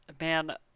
Man